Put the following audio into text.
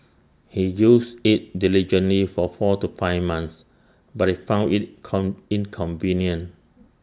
he used IT diligently for four to five months but IT found IT con inconvenient